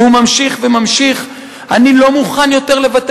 והוא ממשיך וממשיך: אני לא מוכן יותר לוותר